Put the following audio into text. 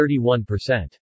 31%